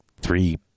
three